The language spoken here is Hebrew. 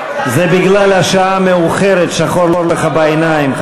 זה בגלל השעה המאוחרת שחור לך בעיניים,